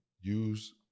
use